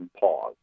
pause